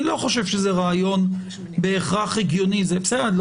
אני לא חושב שזה רעיון בהכרח הגיוני לא